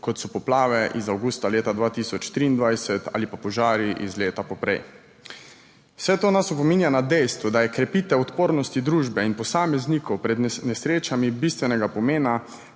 kot so poplave iz avgusta leta 2023 ali pa požari iz leta poprej. Vse to nas opominja na dejstvo, da je krepitev odpornosti družbe in posameznikov pred nesrečami bistvenega pomena